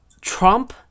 Trump